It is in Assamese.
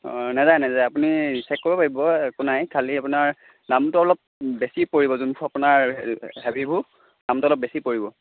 অঁ নাযায় নাযায় আপুনি চেক কৰিব পাৰিব একো নাই খালি আপোনাৰ দামটো অলপ বেছি পৰিব যোনটো আপোনাৰ হেভিবোৰ দামটো অলপ বেছি পৰিব